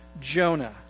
Jonah